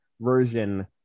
version